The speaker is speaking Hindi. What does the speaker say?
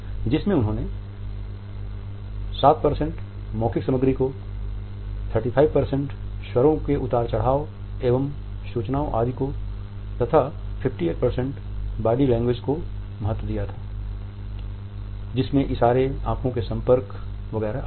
जिसमे से उन्होंने 7 मौखिक सामग्री को 35 स्वरों के उतार चढ़ाव एवं सूचनाओं आदि को तथा 58 बॉडी लैंग्वेज को महत्त्व दिया जिसमे इशारे आंखों के संपर्क वगैरह आते है